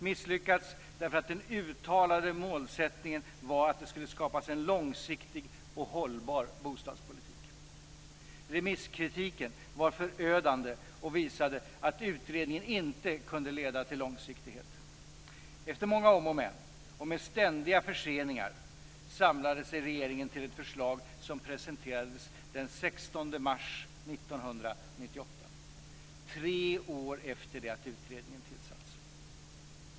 Misslyckats därför att den uttalade målsättningen var att det skulle skapas en långsiktig och hållbar bostadspolitik. Remisskritiken var förödande och visade att utredningen inte kunde leda till långsiktighet. Efter många om och men och med ständiga förseningar samlade sig regeringen till ett förslag som presenterades den 16 mars 1998, dvs. tre år efter det att utredningen tillsatts.